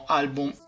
album